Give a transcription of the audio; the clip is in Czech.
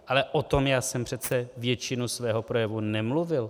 Ale o tom já jsem přece většinu svého projevu nemluvil.